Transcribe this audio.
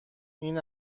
این